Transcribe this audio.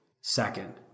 Second